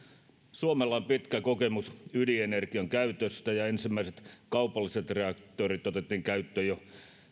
suomella on pitkä kokemus ydinenergian käytöstä ja ensimmäiset kaupalliset reaktorit otettiin käyttöön jo